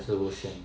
是有线